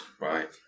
Right